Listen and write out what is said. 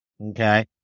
Okay